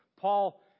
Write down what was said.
Paul